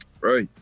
Right